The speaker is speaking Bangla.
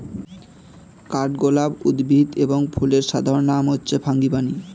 কাঠগোলাপ উদ্ভিদ এবং ফুলের সাধারণ নাম হচ্ছে ফ্রাঙ্গিপানি